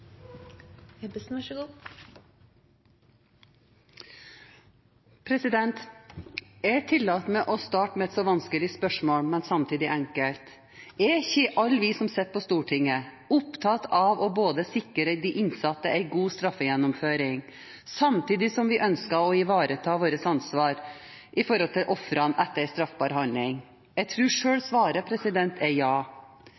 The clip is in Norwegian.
Jeg tillater meg å starte med et vanskelig spørsmål, men samtidig enkelt: Er ikke alle vi som sitter på Stortinget, opptatt av å sikre de innsatte en god straffegjennomføring, samtidig som vi ønsker å ivareta vårt ansvar overfor ofrene etter en straffbar handling? Jeg tror selv svaret er ja.